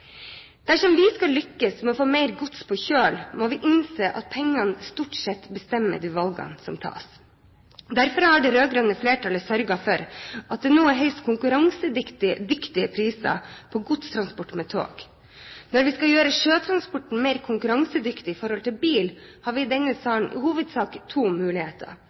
Dersom vi skal lykkes med å få mer gods på kjøl, må vi innse at pengene stort sett bestemmer valgene som tas. Derfor har det rød-grønne flertallet sørget for at det nå er høyst konkurransedyktige priser på godstransport med tog. Når vi skal gjøre sjøtransporten mer konkurransedyktig enn bil, har vi i denne sal i hovedsak to muligheter: